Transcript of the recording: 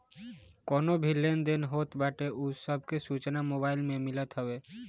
कवनो भी लेन देन होत बाटे उ सब के सूचना मोबाईल में मिलत हवे